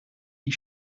die